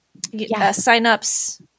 signups